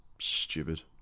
stupid